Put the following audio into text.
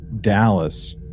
Dallas